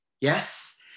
Yes